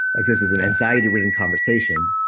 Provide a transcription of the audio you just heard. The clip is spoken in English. like this is an anxiety-ridden conversation,